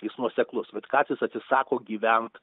jis nuoseklus vitkacis atsisako gyvent